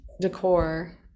decor